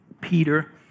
Peter